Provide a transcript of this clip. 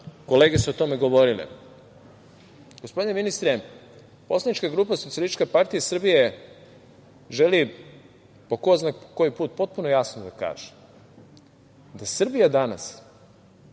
kolege su o tome govorile, gospodine ministre, poslanička grupa SPS želi, po ko zna koji put, potpuno jasno da kaže da Srbija danas,